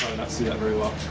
see that very well.